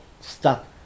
stuck